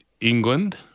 England